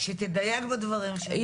שתדייק בדברים שלה.